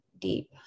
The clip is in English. deep